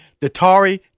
Datari